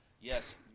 yes